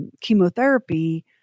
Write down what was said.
chemotherapy